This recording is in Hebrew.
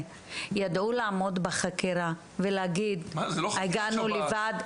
ידעו לעמוד בחקירה ולהגיד "הגענו לבד"?